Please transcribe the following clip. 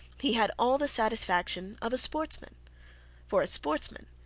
he had all the satisfaction of a sportsman for a sportsman,